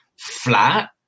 flat